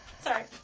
sorry